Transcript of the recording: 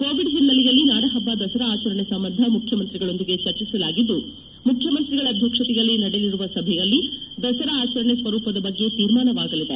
Covid ಹಿನ್ನೆಲೆಯಲ್ಲಿ ನಾಡಹಬ್ಬ ದಸರಾ ಆಚರಣೆ ಸಂಬಂಧ ಮುಖ್ಯಮಂತ್ರಿಗಳೊಂದಿಗೆ ಚರ್ಚಿಸಲಾಗಿದ್ದು ಮುಖ್ಯಮಂತ್ರಿಗಳ ಅಧ್ಯಕ್ಷತೆಯಲ್ಲಿ ನಡೆಯಲಿರುವ ಸಭೆಯಲ್ಲಿ ದಸರಾ ಆಚರಣೆ ಸ್ವರೂಪದ ಬಗ್ಗೆ ತೀರ್ಮಾನವಾಗಲಿದೆ